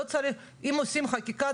אם עושים חקיקה,